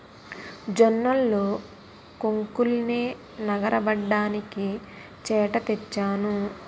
జొన్నల్లో కొంకుల్నె నగరబడ్డానికి చేట తెచ్చాను